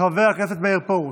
חבר הכנסת מאיר פרוש,